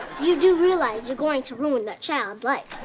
you do realize you're going to ruin that child's life?